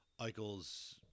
Eichel's